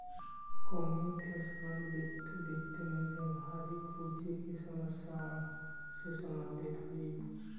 computational वित्त, वित्त में व्यावहारिक रुचि की समस्याओं से संबंधित हई